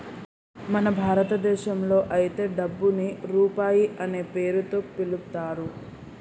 మన భారతదేశంలో అయితే డబ్బుని రూపాయి అనే పేరుతో పిలుత్తారు